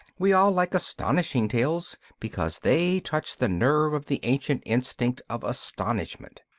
we all like astonishing tales because they touch the nerve of the ancient instinct of astonishment.